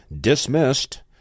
dismissed